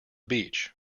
beach